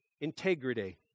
integrity